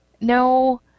no